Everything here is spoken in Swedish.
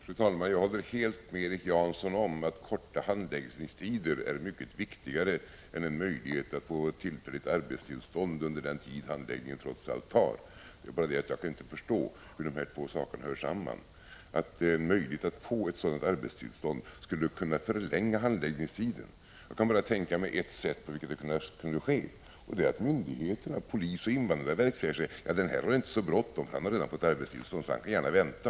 Fru talman! Jag håller helt med Erik Jansson om att korta handläggningstider är mycket viktigare än en möjlighet att få tillfälligt arbetstillstånd under den tid handläggningen trots allt tar. Det är bara det att jag inte kan förstå hur dessa båda saker hänger samman; hur möjligheten att få ett tillfälligt arbetstillstånd skulle kunna förlänga handläggningstiden. Jag kan bara tänka mig ett sätt på vilket detta skulle kunna ske, och det är att myndigheterna — polisen och invandrarverket — skulle säga att den här har inte så bråttom, han Prot. 1985/86:153 har redan fått arbetstillstånd så han kan gärna vänta.